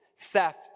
theft